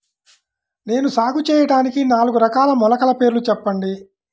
నేను సాగు చేయటానికి నాలుగు రకాల మొలకల పేర్లు చెప్పండి?